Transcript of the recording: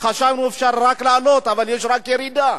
חשבנו שאפשר רק לעלות, אבל יש רק ירידה.